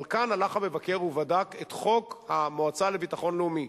אבל כאן הלך המבקר ובדק את חוק המועצה לביטחון לאומי.